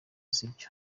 sibyo